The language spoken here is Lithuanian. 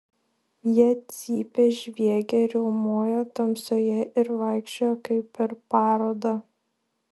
jie cypė žviegė riaumojo tamsoje ir vaikščiojo kaip per parodą